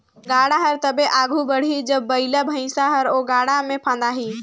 गाड़ा हर तबे आघु बढ़ही जब बइला भइसा हर ओ गाड़ा मे फदाही